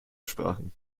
sprachen